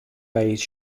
base